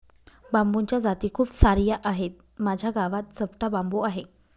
बांबूच्या जाती खूप सार्या आहेत, माझ्या गावात चपटा बांबू आहे